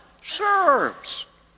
Serves